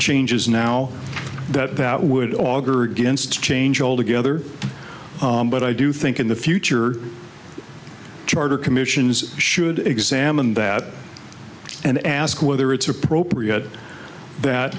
changes now that that would auger against change old together but i do think in the future charter commissions should examine that and ask whether it's appropriate that